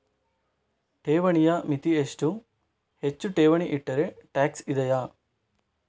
ಠೇವಣಿಯ ಮಿತಿ ಎಷ್ಟು, ಹೆಚ್ಚು ಠೇವಣಿ ಇಟ್ಟರೆ ಟ್ಯಾಕ್ಸ್ ಇದೆಯಾ?